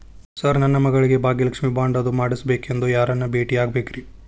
Sir ನನ್ನ ಮಗಳಿಗೆ Bhagyalakshmi bond ಅದು ಮಾಡಿಸಬೇಕೆಂದು ಯಾರನ್ನ ಭೇಟಿಯಾಗಬೇಕ್ರಿ?